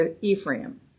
ephraim